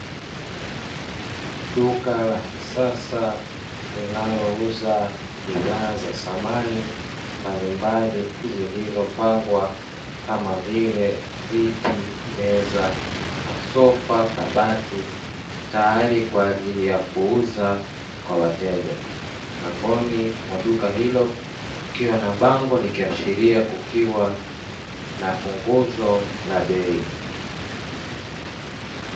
Duka la kisasa linalouza bidhaa za samani mbalimbali zilizopangwa kama vile viti, meza, masofa, kabati. tayari kwa ajili ya kuuzwa kwa wateja mlangoni mwa duka hilo kukiwa na bango likiashiria kukiwa na punguzo la bei.